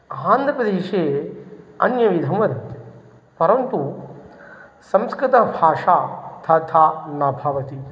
आन्ध्रप्रदेशे अन्यविधं वदन्ति परन्तु संस्कृतभाषा तथा न भवति